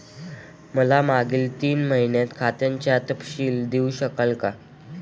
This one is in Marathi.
मला मागील तीन महिन्यांचा खात्याचा तपशील देऊ शकाल का?